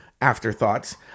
afterthoughts